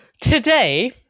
Today